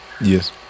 yes